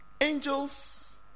Angels